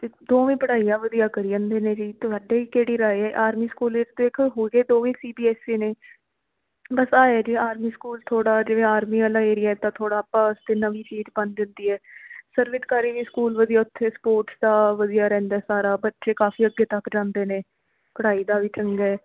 ਅਤੇ ਦੋਵੇਂ ਪੜ੍ਹਾਈਆਂ ਵਧੀਆ ਕਰੀ ਜਾਂਦੇ ਨੇ ਜੀ ਤੁਹਾਡੇ ਕਿਹੜੀ ਰਾਇ ਆਰਮੀ ਸਕੂਲ ਇੱਕ ਹੋ ਗਏ ਦੋਵੇਂ ਸੀ ਬੀ ਐਸ ਈ ਨੇ ਬਸ ਆ ਜੀ ਆਰਮੀ ਸਕੂਲ ਥੋੜ੍ਹਾ ਜਿਵੇ ਆਰਮੀ ਵਾਲਾ ਏਰੀਆ ਤਾਂ ਥੋੜ੍ਹਾ ਆਪਾਂ ਉਸ 'ਤੇ ਨਵੀਂ ਸੀਟ ਬੰਦ ਦਿੰਦੀ ਏ ਸਰਬਿਤਕਾਰੀ ਵੀ ਸਕੂਲ ਵਧੀਆ ਉੱਥੇ ਸਪੋਰਟ ਦਾ ਵਧੀਆ ਰਹਿੰਦਾ ਸਾਰਾ ਬੱਚੇ ਕਾਫ਼ੀ ਅੱਗੇ ਤੱਕ ਜਾਂਦੇ ਨੇ ਪੜ੍ਹਾਈ ਦਾ ਵੀ ਚੰਗਾ